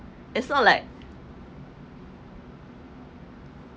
it's not like